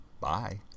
Bye